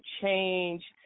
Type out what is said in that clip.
change